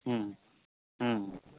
ᱦᱮᱸ ᱦᱮᱸ